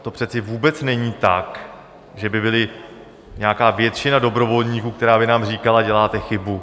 To přece vůbec není tak, že by byla nějaká většina dobrovolníků, která by nám říkala: Děláte chybu.